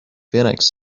phoenix